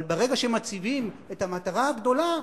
אבל ברגע שהם מציבים את המטרה הגדולה,